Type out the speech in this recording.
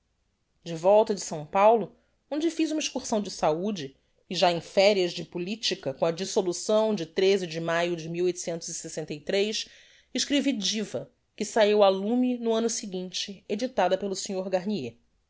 de volta de s paulo onde fiz uma excursão de saude e já em ferias de politica com a dissolução de de maio de escrevi diva que sahiu á lume no anno seguinte edictada pelo sr garnier